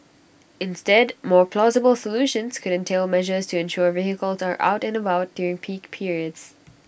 instead more plausible solutions could entail measures to ensure vehicles are out and about during peak periods